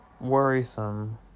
worrisome